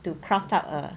to craft up a